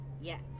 Yes